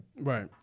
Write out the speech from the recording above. Right